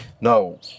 No